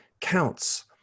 counts